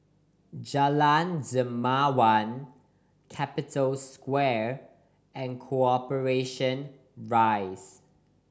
Jalan Dermawan Capital Square and Corporation Rise